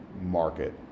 market